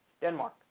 Denmark